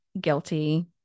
guilty